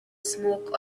smoke